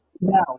Now